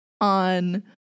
on